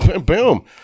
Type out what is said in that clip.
boom